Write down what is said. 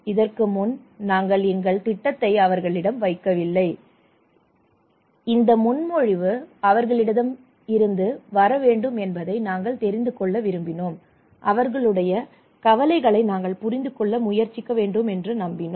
இதற்கு முன் நாங்கள் எங்கள் திட்டத்தை அவர்களிடம் வைக்கவில்லை இந்த முன்மொழிவு அவர்களிடமிருந்து வர வேண்டும் என்பதை நாங்கள் தெரிந்து கொள்ள விரும்பினோம் அவர்களுடைய கவலைகளை நாங்கள் புரிந்து கொள்ள முயற்சிக்க வேண்டும் என்று நம்பினோம்